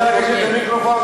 אפשר לגשת למיקרופון?